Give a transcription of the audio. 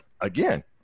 again